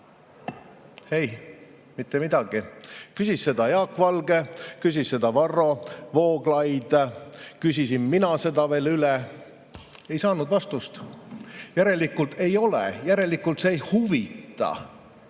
Ei, mitte midagi. Küsis seda Jaak Valge, küsis seda Varro Vooglaid, küsisin mina veel üle. Ei saanud vastust. Järelikult ei ole, järelikult see ei huvita.